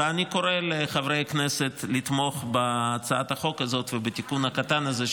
ואני קורא לחברי הכנסת לתמוך בהצעת החוק הזאת ובתיקון הקטן הזה,